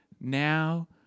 now